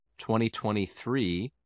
2023